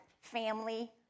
family